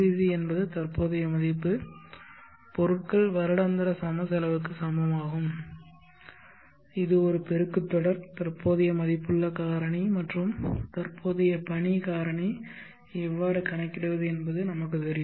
C என்பது தற்போதைய மதிப்பு பொருட்கள் வருடாந்திர சம செலவுக்கு சமம் ஆகும் இது ஒரு பெருக்கு தொடர் தற்போதைய மதிப்புள்ள காரணி மற்றும் தற்போதைய பணி காரணி எவ்வாறு கணக்கிடுவது என்பது நமக்கு தெரியும்